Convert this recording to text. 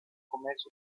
comercio